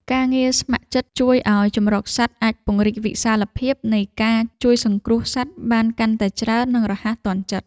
ការងារស្ម័គ្រចិត្តជួយឱ្យជម្រកសត្វអាចពង្រីកវិសាលភាពនៃការជួយសង្គ្រោះសត្វបានកាន់តែច្រើន និងរហ័សទាន់ចិត្ត។